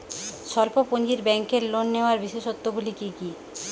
স্বল্প পুঁজির ব্যাংকের লোন নেওয়ার বিশেষত্বগুলি কী কী?